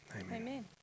Amen